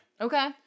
Okay